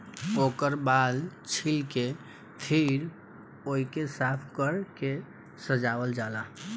ओकर बाल छील के फिर ओइके साफ कर के सजावल जाला